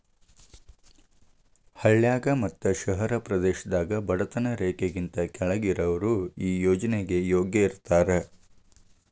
ಹಳ್ಳಾಗ ಮತ್ತ ಶಹರ ಪ್ರದೇಶದಾಗ ಬಡತನ ರೇಖೆಗಿಂತ ಕೆಳ್ಗ್ ಇರಾವ್ರು ಈ ಯೋಜ್ನೆಗೆ ಯೋಗ್ಯ ಇರ್ತಾರ